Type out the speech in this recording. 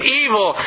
evil